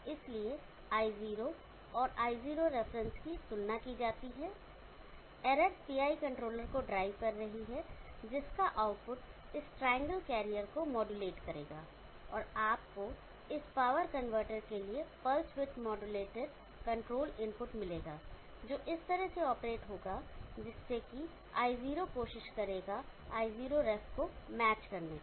इसलिए i0 और i0ref reference की तुलना की जाती है एरर PI कंट्रोलर को ड्राइव कर रही है जिसका आउटपुट इस ट्रायंगल कैरियर को मोडूलेट करेगा और आपको इस पावर कन्वर्टर के लिए pulse width modulated control input मिलेगा जो इस तरह से ऑपरेट होगा जिससे कि i0 कोशिश करेगा i0ref को मैच करने की